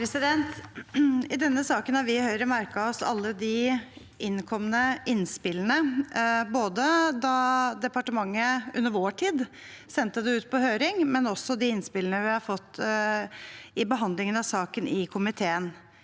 I denne saken har vi i Høyre merket oss alle de innkomne innspillene, både dem fra da departementet under vår tid sendte det ut på høring, og de innspillene vi har fått i behandlingen av saken i komiteen.